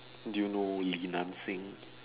do you know is Nan Xing